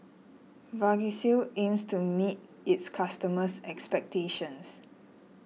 Vagisil aims to meet its customers' expectations